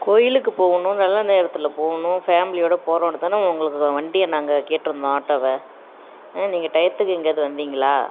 கோவிலுக்கு போகணும் நல்ல நேரத்தில் போகணும் ஃபேமிலியோட போறோம்னு தானே உங்களுக்கு வண்டியை நாங்கள் கேட்டிருந்தோம் ஆட்டோவை ம் நீங்கள் டயத்துக்கு எங்கேயாவது வந்திங்களா